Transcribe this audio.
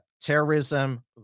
terrorism